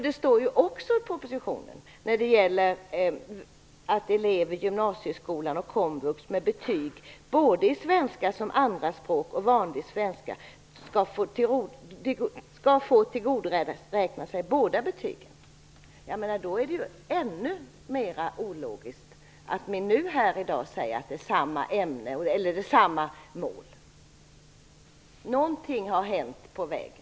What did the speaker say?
Det står ju i propositionen att elever i gymnasieskolan och komvux med betyg både i svenska som andraspråk och i vanlig svenska skall få tillgodoräkna sig båda betygen. Då är det ännu mera ologiskt att här i dag säga att det är samma mål. Någonting har hänt på vägen.